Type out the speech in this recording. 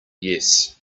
yes